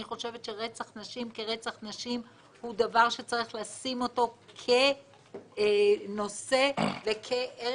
חושבת שרצח נשים כרצח נשים הוא דבר שצריך לשים אותו כנושא וכערך